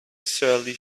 surly